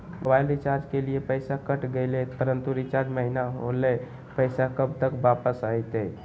Mobile recharge के लिए पैसा कट गेलैय परंतु रिचार्ज महिना होलैय, पैसा कब तक वापस आयते?